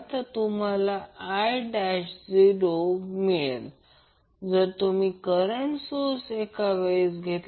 तर तुम्हाला I0 मिळेल नंतर तुम्ही करंट सोर्स घेतला